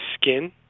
skin